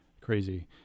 Crazy